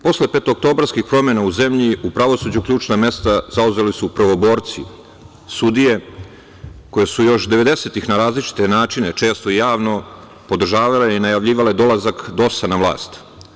Posle petooktobarskih promena u zemlji, u pravosuđu su ključna mesta zauzeli prvoborci sudije, koje su još devedesetih na različite načine, često i javno, podržavale i najavljivale dolazak DOS na vlast.